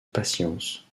patience